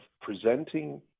presenting